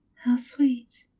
sweet.